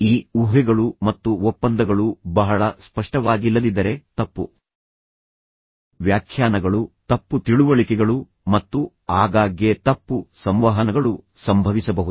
ಈ ಊಹೆಗಳು ಮತ್ತು ಒಪ್ಪಂದಗಳು ಬಹಳ ಸ್ಪಷ್ಟವಾಗಿಲ್ಲದಿದ್ದರೆ ತಪ್ಪು ವ್ಯಾಖ್ಯಾನಗಳು ತಪ್ಪು ತಿಳುವಳಿಕೆಗಳು ಮತ್ತು ಆಗಾಗ್ಗೆ ತಪ್ಪು ಸಂವಹನಗಳು ಸಂಭವಿಸಬಹುದು